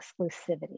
exclusivity